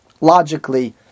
logically